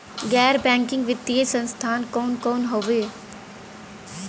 गैर बैकिंग वित्तीय संस्थान कौन कौन हउवे?